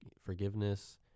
forgiveness